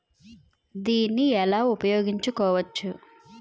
దీన్ని ఎలా ఉపయోగించు కోవచ్చు?